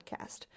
podcast